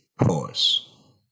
Pause